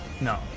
No